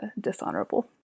dishonorable